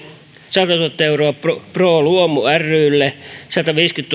satatuhatta euroa pro pro luomu rylle sataviisikymmentätuhatta